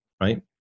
right